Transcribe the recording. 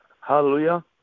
Hallelujah